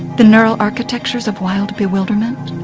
the neural architectures of wild bewilderment?